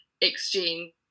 exchange